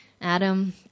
Adam